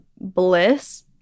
bliss